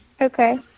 Okay